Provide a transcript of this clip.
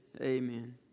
Amen